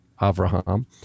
avraham